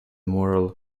moral